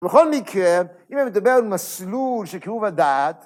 ‫בכל מקרה, אם אני מדבר ‫על מסלול של קירוב הדעת...